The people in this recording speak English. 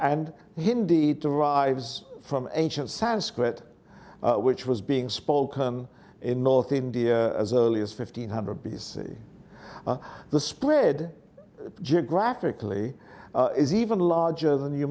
and hindi to rives from ancient sanskrit which was being spoken in north india as early as fifteen hundred b c the spread geographically is even larger than you